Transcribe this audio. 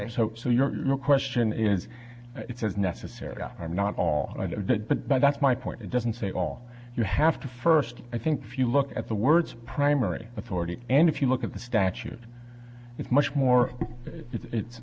y so so your question is it's as necessary i'm not all that but but that's my point it doesn't say all you have to first i think if you look at the words primary authority and if you look at the statute it's much more it's